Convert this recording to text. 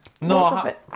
No